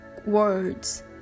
Words